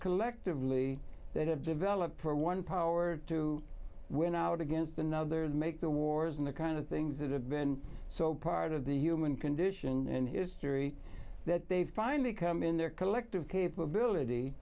collectively that have developed for one power to win out against another to make the wars in the kind of things that have been so part of the human condition and history that they finally come in their collective capability